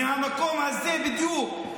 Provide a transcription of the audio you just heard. מהמקום הזה בדיוק.